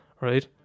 Right